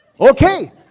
Okay